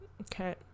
Okay